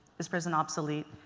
is prison obsolete?